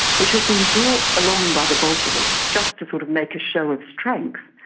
which had been brought along by the bolsheviks just to sort of make a show of strength.